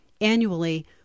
Annually